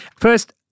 first-